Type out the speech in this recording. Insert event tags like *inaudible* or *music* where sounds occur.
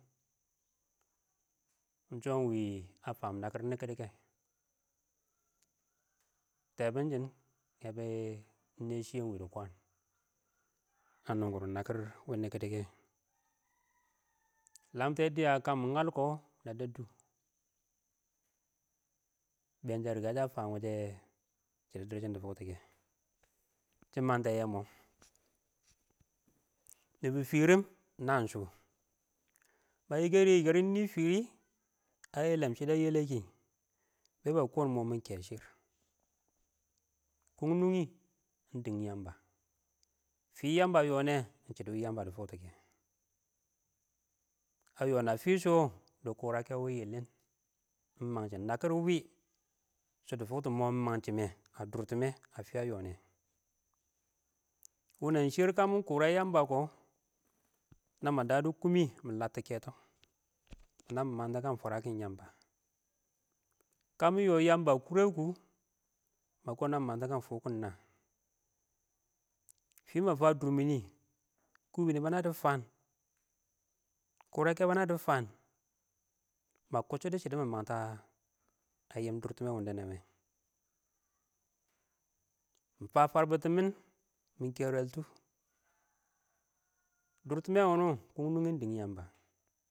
Ing sho ɪng wɪ ə fam nakɪr nikkidik kɛ tɛ bɪn shɪng ə bɛ yɛ kentee neshiye ɪng wɪɪn dɪ kwan a nungʊrʊn nakɪr wɪɪn nikkadik nɛ. *noise* Lamte diye ka mɪ nyəl kɔ, ngal na deddu ɪng been sha rika sha fam wɪ shɛ shɪdɪ nɪndɪrsɪn dɪ fʊktʊkɛ, *noise* shɪ məngdɛ yɛ mɔɔ, *noise* nɪbɪ fɪrɪm nəngshʊ, bə yɪkɛdɪ yɪkɛrɪn nɪ fɪrɪ ə yɛlɛ shɪdɪ ə yɪkɛdɛ *noise* bɛ bə kɔɔm mɔ mɪkɛ shɪr kɔmɪn nʊngyɪmɪn ɪng dɪn yəmbə, fɪɪ yəmbə ə yɔnɛ ɪng shɪdʊ yəmbə dɪ fʊktʊ kɛ, ə yɔɔn ə fɪshʊ, dɪ kʊrə wɪ yɪlɪn, *noise* ɪng məngshɪn nəkɪr wɪ, shɪdɪ fʊktɔ ɪng mɔ ɪng məngshɪnɛ, ə dʊrtɪm fɪ ə yɔnɛ, wʊnɛn shɪr ɪng kəmɪ kɔrə yə yəmbəkɔ, *noise* mnə mə dədʊ kʊmɪ, mɪ ləttɔ kɛtɔ *noise* nə mɪn məngdɔ kən fɔrətɪn ƴəmba, ɪng kəmʊ yɔɔ yəmbə kʊrɛ kʊ, mə nəmɪ məngtɔ kən fʊkʊn nəə, fɪ mə fə dʊrmɪn nɪ, kʊbɪ ɪng məna bɪ fəm, kʊrəkɛ ɪng məna bɪ fən, ɪng mə kʊcchʊdʊ sɪrɪn ɪng məngtɔ ə dʊrtɪmɛ wʊnʊ, ɪng fə fərbɪtɪmɪn, mɪ kɛrentʊ, *noise* dʊrtɪmɛ wʊnʊ, *noise* kʊnʊng ɪng nʊwɪ ɪng dɪn yəmbə. *noise*